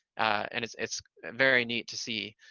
and it's it's very neat to see,